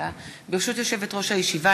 ברשות יושבת-ראש הישיבה,